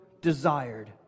desired